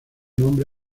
nombre